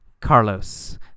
Carlos